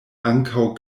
ankaŭ